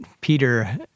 Peter